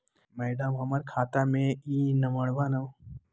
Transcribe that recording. madam, हमर खाता में ई नवंबर महीनमा में केतना के लेन देन होले है